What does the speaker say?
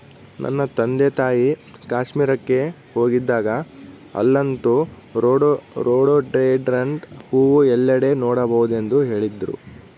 ನನ್ನ ತಂದೆತಾಯಿ ಕಾಶ್ಮೀರಕ್ಕೆ ಹೋಗಿದ್ದಾಗ ಅಲ್ಲಂತೂ ರೋಡೋಡೆಂಡ್ರಾನ್ ಹೂವು ಎಲ್ಲೆಡೆ ನೋಡಬಹುದೆಂದು ಹೇಳ್ತಿದ್ರು